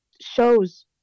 shows